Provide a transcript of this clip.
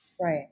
Right